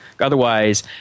Otherwise